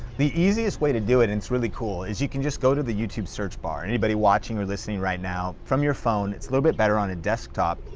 the easiest way to do it it's really cool, is you can just go to the youtube search bar. anybody watching or listening right now. from your phone, it's a little bit better on a desktop,